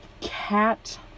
Cat